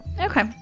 Okay